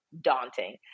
Daunting